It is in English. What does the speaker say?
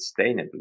sustainably